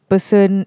Person